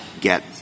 get